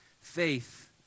faith